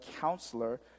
counselor